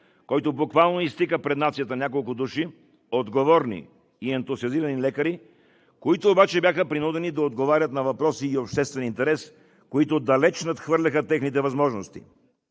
който буквално изтика пред нацията няколко отговорни и ентусиазирани лекари, които обаче бяха принудени да отговарят на въпроси от обществен интерес, които далеч надхвърляха техните възможности.